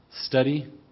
study